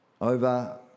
Over